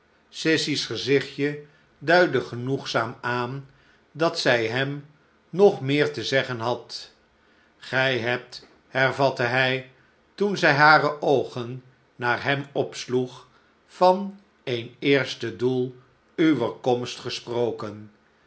sissy's gezichtje duidde genoegzaam aan dat zij hem nog meer te zeggen had gij hebt hervatte hij toen zij hare oogen naar hem opsloeg van een eerste doel uwer komst gesproken